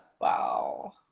wow